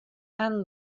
and